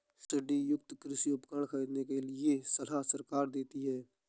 subsidy युक्त कृषि उपकरण खरीदने के लिए सलाह सरकार देती है